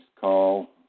call